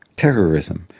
terrorism,